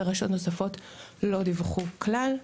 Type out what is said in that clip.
ורשויות נוספות לא דיווחו כלל.